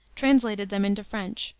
translated them into french,